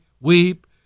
weep